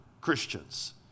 Christians